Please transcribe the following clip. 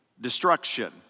destruction